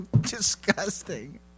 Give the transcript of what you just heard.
disgusting